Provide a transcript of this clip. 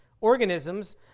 organisms